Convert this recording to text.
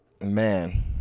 man